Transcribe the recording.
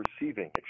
receiving